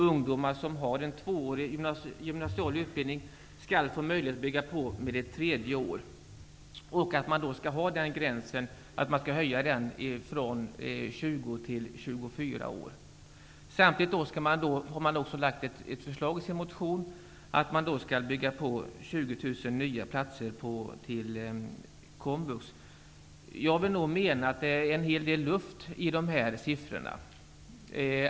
Ungdomar som har en tvåårig gymnasial utbildning skall få möjlighet att bygga på med ett tredje år, och man skall höja gränsen från Jag menar att det finns en hel del luft i dessa siffror.